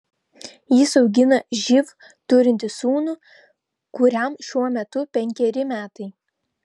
jis augina živ turintį sūnų kuriam šiuo metu penkeri metai